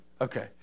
Okay